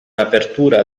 apertura